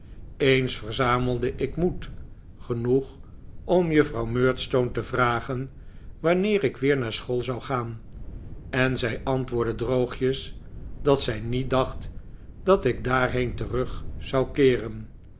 eens verzamelde ik moed genoeg om juffrouw murdstone te vragen wanneer ik weer naar school zou gaan en zij antwoordde droogjes dat zij niet dacht dat ik daarheen terug zou keeren